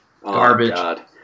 garbage